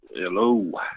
Hello